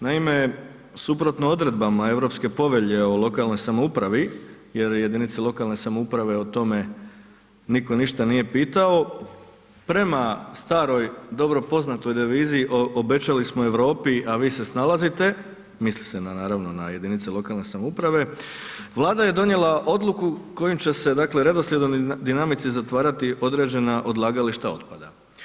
Naime, suprotno odredbama Europske povelje o lokalnoj samoupravi jer jedinice lokalne samouprave o tome nitko ništa nije pitao, prema staroj dobro poznatoj devizi obećali smo Europi, a vi se snalazite, misli se na, naravno na jedinice lokalne samouprave, Vlada je donijela odluku kojim će se, dakle, redoslijedom i dinamici zatvarati određena odlagališta otpada.